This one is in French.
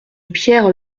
pierre